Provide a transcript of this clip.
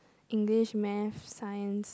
English math science